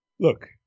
Look